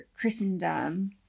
Christendom